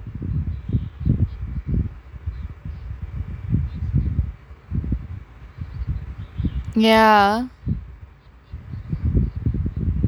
ya